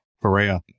Perea